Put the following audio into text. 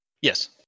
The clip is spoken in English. Yes